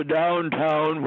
downtown